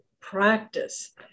practice